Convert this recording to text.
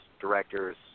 directors